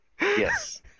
Yes